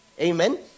Amen